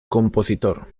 compositor